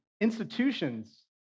institutions